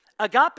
Agape